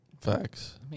Facts